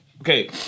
okay